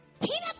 Peanut